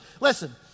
Listen